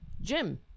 Jim